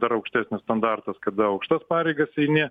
dar aukštesnis standartas kada aukštas pareigas eini